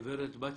גברת בתיה,